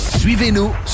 Suivez-nous